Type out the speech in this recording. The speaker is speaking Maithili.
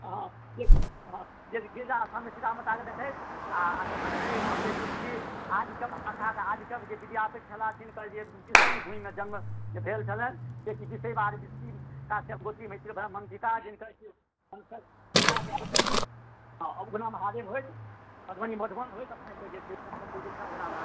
अहाँ ठीक जे गिरिजा स्थानमे सीता माताके देखैत आ तखनि फेर एहिठाम जे छै से आदि कवि भाषाके आदि कवि विद्यापति छलाह तिनकर जे बिस्फी भूमिमे जन्म भेल छलनि काश्यप गोत्रीय मैथिल ब्राह्मण उगना महादेव होइत मधुबनी मधुबन होइत अपनेके जे छै से